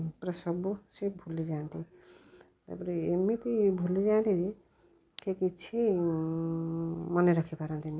ପୁରା ସବୁ ସେ ଭୁଲି ଯାଆନ୍ତି ତା'ପରେ ଏମିତି ଭୁଲି ଯାଆନ୍ତି ଯେ କି କିଛି ମନେ ରଖିପାରନ୍ତିନି